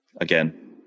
Again